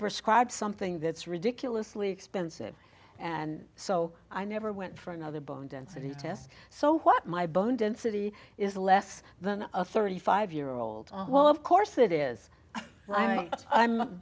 prescribe something that's ridiculously expensive and so i never went for another bone density test so what my bone density is less than a thirty five year old well of course it is i mean i'm